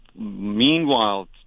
Meanwhile